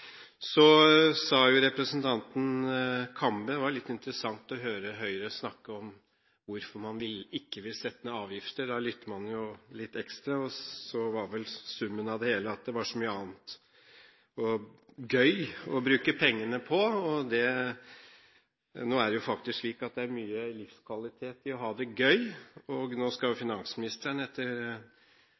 Så til representanten Kambe. Det var litt interessant å høre Høyre snakke om hvorfor man ikke vil sette ned avgifter – da lytter man jo litt ekstra – og så var vel summen av det hele at det var «så mye annet gøy å bruke pengene på». Nå er det faktisk slik at det er mye livskvalitet i å ha det gøy. Nå skal jo finansministeren, etter